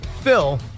phil